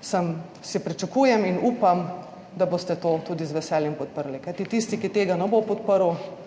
sem, si, pričakujem in upam, da boste to tudi z veseljem podprli, kajti tisti, ki tega ne bo podprl,